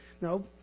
No